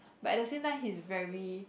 but at the same time he's very